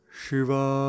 Shiva